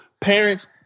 parents